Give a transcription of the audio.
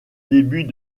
début